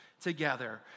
together